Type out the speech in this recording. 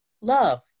love